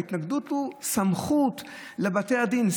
ההתנגדות היא לסמכות בתי הדין,